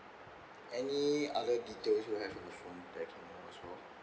any other details you have on the phone